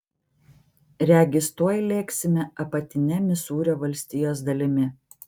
regis tuoj lėksime apatine misūrio valstijos dalimi